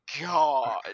God